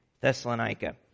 Thessalonica